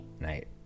Night